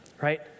right